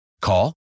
Call